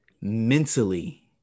mentally